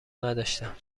نداشتم